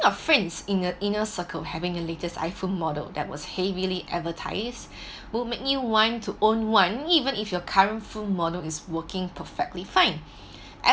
our friends in a inner circle having a latest iPhone model that was heavily advertised will make you want to own one even if your current full model is working perfectly fine